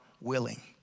willing